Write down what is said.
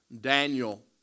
Daniel